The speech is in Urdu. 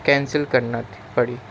کینسل کرنا پڑی